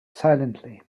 silently